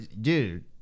dude